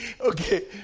Okay